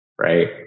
right